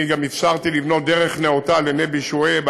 אני גם אפשרתי לבנות דרך נאותה לנבי שועייב,